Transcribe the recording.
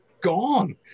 gone